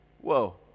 Whoa